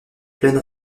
pleine